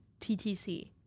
TTC